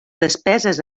despeses